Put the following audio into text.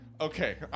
okay